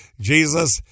Jesus